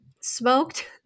smoked